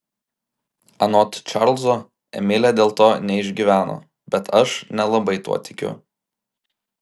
anot čarlzo emilė dėl to neišgyveno bet aš nelabai tuo tikiu